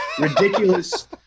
ridiculous